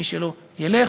מי שלא, ילך.